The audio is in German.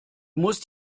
musst